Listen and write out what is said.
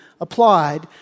applied